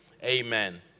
Amen